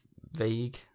vague